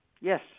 yes